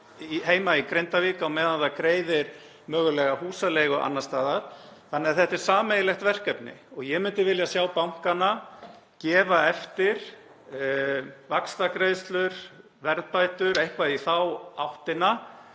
heima í Grindavík meðan það greiðir mögulega húsaleigu annars staðar. Þetta er því sameiginlegt verkefni og ég myndi vilja sjá bankana gefa eftir vaxtagreiðslur og verðbætur, eitthvað í þá áttina.